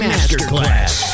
Masterclass